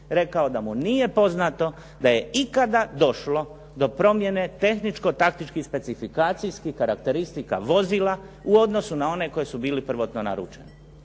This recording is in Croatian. rekao da mu nije poznato da je ikada došlo do promjene tehničko-taktičkih specifikacijskih karakteristika vozila u odnosu na one koji su bili prvotno naručeni.